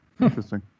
Interesting